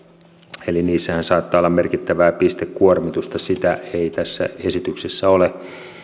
eli niissähän saattaa olla merkittävää pistekuormitusta sitä ei tässä esityksessä ole